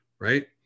right